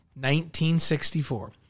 1964